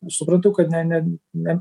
suprantu kad ne ne ne